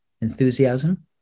enthusiasm